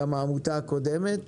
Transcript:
גם העמותה הקודמת,